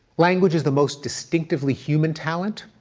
language is the most distinctively human talent.